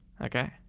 Okay